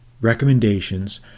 recommendations